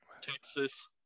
Texas